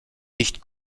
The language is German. nicht